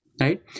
right